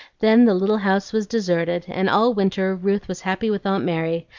then the little house was deserted, and all winter ruth was happy with aunt mary,